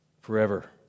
forever